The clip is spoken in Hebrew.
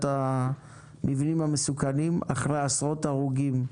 המבנים המסוכנים אחרי עשרות הרוגים.